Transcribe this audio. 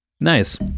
Nice